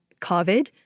COVID